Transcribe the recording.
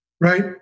right